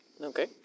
okay